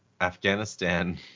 Afghanistan